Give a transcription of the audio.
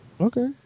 Okay